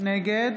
נגד